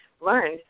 learn